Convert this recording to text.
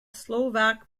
slovak